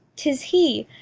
tis he!